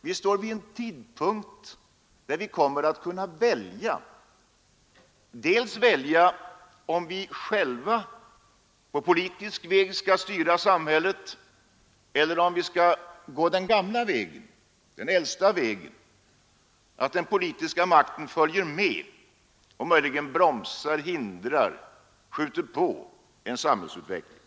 Vi har nått en tidpunkt när vi kommer att kunna välja, om vi själva på politisk väg skall styra samhället eller om vi skall fortsätta att gå den gamla vägen, den äldsta vägen, som innebär att den politiska makten följer med eller möjligen bromsar eller hindrar eller skjuter på samhällsutvecklingen.